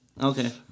Okay